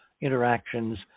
interactions